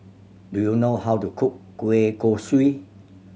do you know how to cook kueh kosui